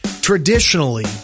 traditionally